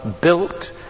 built